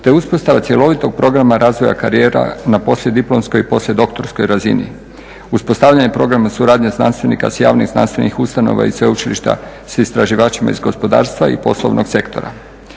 te uspostava cjelovitog programa razvoja karijera na poslijediplomskoj i poslijedoktorskoj razini, uspostavljanje suradnje znanstvenika suradnje znanstvenika sa javnih znanstvenih ustanova i sveučilišta sa istraživačima iz gospodarstva i poslovnog sektora.